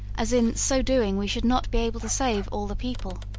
as in so doing we should not be able to save all the people